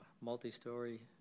multi-story